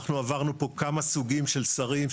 אנחנו עברנו פה כמה סוגים של שרים,